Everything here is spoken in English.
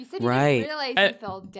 Right